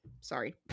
Sorry